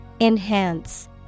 Enhance